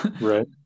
right